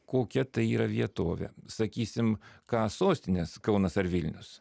kokia tai yra vietovė sakysim ką sostinės kaunas ar vilnius